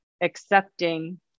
accepting